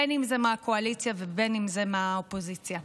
אם מהקואליציה ואם מהאופוזיציה.